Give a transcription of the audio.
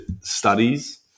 studies